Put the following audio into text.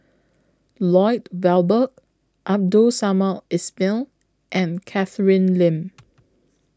Lloyd Valberg Abdul Samad Ismail and Catherine Lim